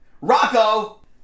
Rocco